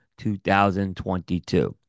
2022